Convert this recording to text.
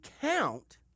count